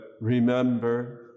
remember